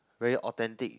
very authentic